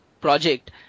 project